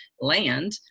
land